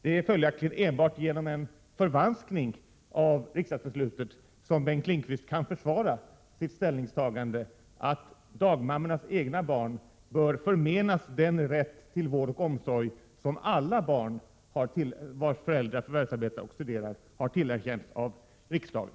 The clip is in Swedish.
Det är följaktligen enbart genom en förvanskning av riksdagsbeslutet som Bengt Lindqvist kan försvara sitt ställningstagande att dagmammornas egna barn bör förmenas den rätt till vård och omsorg som alla barn vars föräldrar förvärvsarbetar och studerar har tillerkänts av riksdagen.